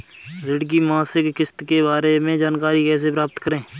ऋण की मासिक किस्त के बारे में जानकारी कैसे प्राप्त करें?